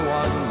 one